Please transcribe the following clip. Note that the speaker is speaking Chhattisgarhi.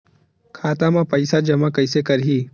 खाता म पईसा जमा कइसे करही?